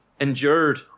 endured